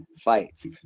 fights